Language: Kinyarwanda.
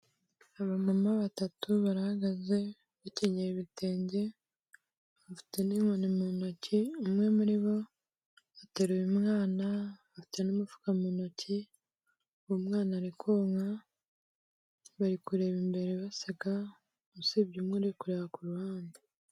Abamama batatu barahagaze bakenyeye ibitenge, bafite n'inkoni mu ntoki, umwe muri bo ateruye umwana, afite n'umufuka mu ntoki, uwo mwana ari konka, bari kureba imbere baseka, usibye umwe uri kureba ku ruhande.